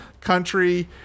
country